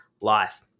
life